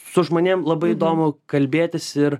su žmonėm labai įdomu kalbėtis ir